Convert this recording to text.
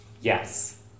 Yes